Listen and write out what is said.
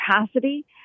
capacity